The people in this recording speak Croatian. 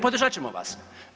Podržat ćemo vas.